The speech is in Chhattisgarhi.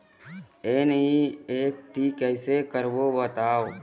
एन.ई.एफ.टी कैसे करबो बताव?